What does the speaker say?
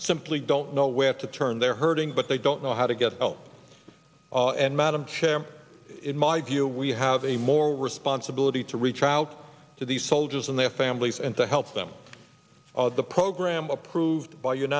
simply don't know where to turn they're hurting but they don't know how to get help and madam chair in my view we have a moral responsibility to reach out to these soldiers and their families and to help them the program approved by